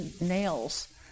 nails